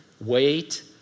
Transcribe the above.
wait